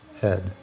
head